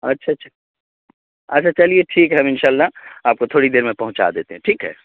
اچھا اچھا اچھا چلیے ٹھیک ہے ہم انشاء اللہ آپ کو تھوڑی دیر میں پہنچا دیتے ہیں ٹھیک ہے